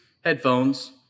headphones